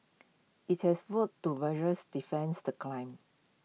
IT has vowed to vigorous defense the claims